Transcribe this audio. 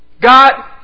God